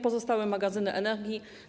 Pozostały magazyny energii.